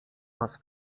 was